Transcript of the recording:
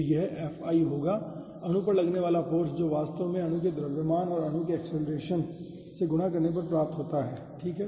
तो यह Fi होगा अणु पर लगने वाला फ़ोर्स जो वास्तव में अणु के द्रव्यमान को अणु के एक्सेलरेशन से गुणा करने पर प्राप्त होता है ठीक है